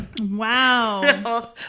Wow